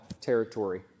territory